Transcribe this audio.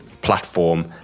platform